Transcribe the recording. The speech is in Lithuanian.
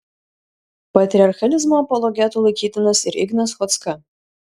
patriarchalizmo apologetu laikytinas ir ignas chodzka